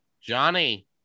Johnny